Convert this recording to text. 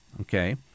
okay